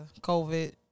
COVID